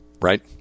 right